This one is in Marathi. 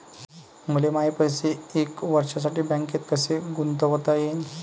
मले माये पैसे एक वर्षासाठी बँकेत कसे गुंतवता येईन?